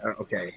okay